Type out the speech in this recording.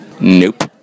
Nope